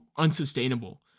unsustainable